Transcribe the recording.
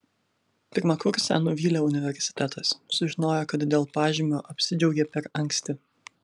pirmakursę nuvylė universitetas sužinojo kad dėl pažymio apsidžiaugė per anksti